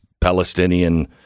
Palestinian